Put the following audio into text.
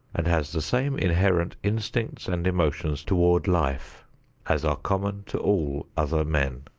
and has the same inherent instincts and emotions toward life as are common to all other men.